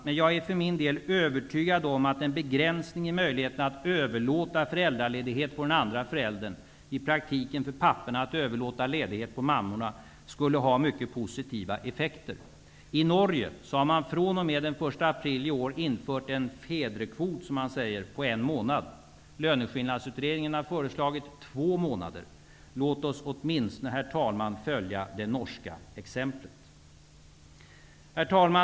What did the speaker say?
Men för min del är jag övertygad om att en begränsning i möjligheten att överlåta föräldraledighet på den andre föräldern -- i praktiken en begränsning i pappornas möjlighet att avstå ledighet till mammorna -- skulle ha mycket positiva effekter. I Norge införde man den 1 april i år en ''fedrekvot'' på en månad. Löneskillnadsutredningen föreslår två månaders pappakvot. Låt oss åtminstone, herr talman, följa det norska exemplet!